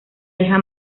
hija